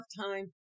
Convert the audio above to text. time